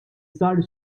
sar